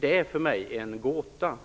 det, är för mig en gåta.